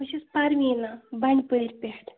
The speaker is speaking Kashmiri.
بہٕ چھَس پَروینا بَنٛڈپوٗرِ پٮ۪ٹھ